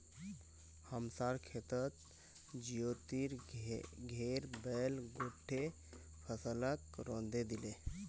हमसार खेतत ज्योतिर घेर बैल गोट्टे फसलक रौंदे दिले